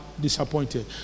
disappointed